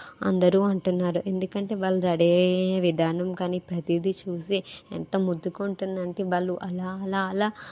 అందరు అంటున్నారు ఎందుకంటే వాళ్ళు రెడీ అయ్యే విధానం కానీ ప్రతిదీ చూసి ఎంత ముద్దుగా ఉంటుందంటే వాళ్ళు అలా అలా